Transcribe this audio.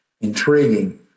intriguing